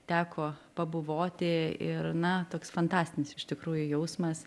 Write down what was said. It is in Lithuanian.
teko pabuvoti ir na toks fantastinis iš tikrųjų jausmas